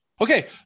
Okay